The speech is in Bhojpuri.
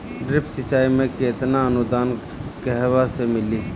ड्रिप सिंचाई मे केतना अनुदान कहवा से मिली?